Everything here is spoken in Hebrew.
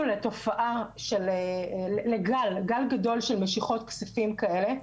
לתופעה לגל גדול של משיכות כספים כאלה.